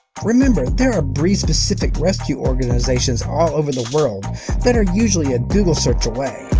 remember there are breed specific rescue organizations all over the world that are usually a google search away.